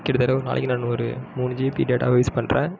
கிட்டத்தட்ட ஒரு நாளைக்கு நான் ஒரு மூணு ஜிபி டேட்டாவை யூஸ் பண்ணுறேன்